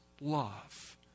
love